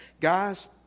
Guys